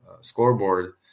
scoreboard